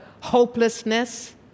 hopelessness